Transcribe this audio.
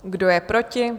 Kdo je proti?